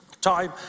time